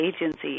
agency